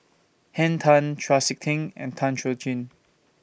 Henn Tan Chau Sik Ting and Tan Chuan Jin